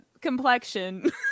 complexion